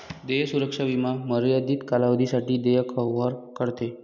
देय सुरक्षा विमा मर्यादित कालावधीसाठी देय कव्हर करते